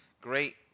great